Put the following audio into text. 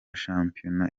shampiyona